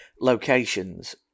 locations